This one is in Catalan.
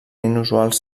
inusuals